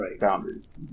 boundaries